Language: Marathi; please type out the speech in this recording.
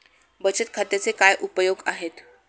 बचत खात्याचे काय काय उपयोग आहेत?